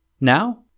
Now